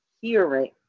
hearing